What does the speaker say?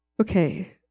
Okay